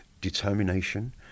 determination